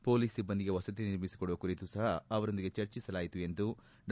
police ಸಿಬ್ಲಂದಿಗೆ ವಸತಿ ನಿರ್ಮಿಸಿಕೊಡುವ ಕುರಿತು ಸಹ ಅವರೊಂದಿಗೆ ಚರ್ಚಸಲಾಯಿತು ಎಂದು ಡಾ